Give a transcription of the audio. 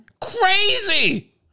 crazy